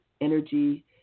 energy